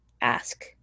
ask